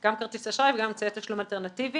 גם כרטיס אשראי, וגם אמצעי תשלום אלטרנטיביים.